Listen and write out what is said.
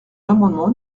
l’amendement